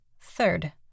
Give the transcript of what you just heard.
Third